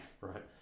right